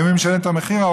ומי משלם את המחיר?